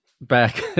back